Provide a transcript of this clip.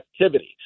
activities